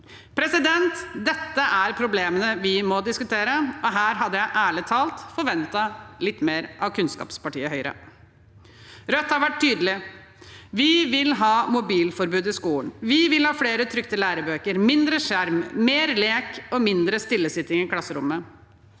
mobbetallene. Dette er problemene vi må diskutere. Her hadde jeg ærlig talt forventet litt mer av kunnskapspartiet Høyre. Rødt har vært tydelig. Vi vil ha mobilforbud i skolen. Vi vil ha flere trykte lærebøker, mindre skjerm, mer lek og mindre stillesitting i klasserommet.